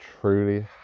truly